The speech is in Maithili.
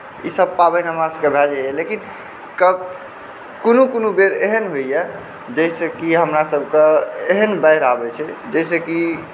ई सभ पाबनि हमरा सभकेँ भए जाइए लेकिन कब कोनो कोनो बेर एहन होइए जाहिसँ कि हमरा सभके एहन बाढ़ि आबै छै जाहिसँ कि